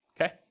Okay